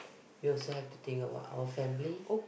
you also have to think about our family